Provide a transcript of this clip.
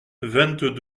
vingt